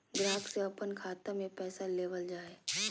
ग्राहक से अपन खाता में पैसा लेबल जा हइ